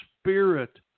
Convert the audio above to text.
spirit